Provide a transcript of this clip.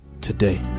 today